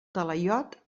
talaiot